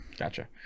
Gotcha